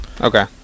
Okay